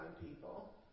people